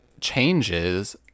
changes